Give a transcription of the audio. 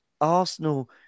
Arsenal